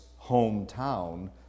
hometown